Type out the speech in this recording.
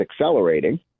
accelerating